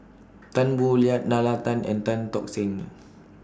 Tan Boo Liat Nalla Tan and Tan Tock Seng